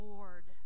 Lord